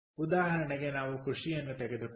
ಉದಾಹರಣೆಗೆ ನಾವು ಕೃಷಿಯನ್ನು ತೆಗೆದುಕೊಳ್ಳೋಣ